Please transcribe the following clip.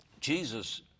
Jesus